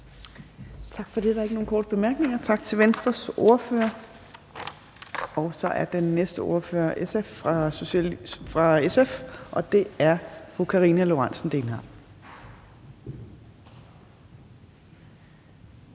Tak for det. Der er ikke nogen korte bemærkninger. Tak til Venstres ordfører. Den næste ordfører er fra SF, og det er fru Karina Lorentzen Dehnhardt.